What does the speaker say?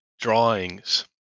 Drawings